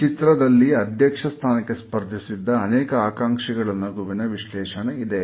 ಈ ಚಿತ್ರದಲ್ಲಿ ಅಧ್ಯಕ್ಷ ಸ್ಥಾನಕ್ಕೆ ಸ್ಪರ್ಧಿಸಿದ್ದ ಅನೇಕ ಆಕಾಂಕ್ಷಿಗಳ ನಗುವಿನ ವಿಶ್ಲೇಷಣೆ ಇದೆ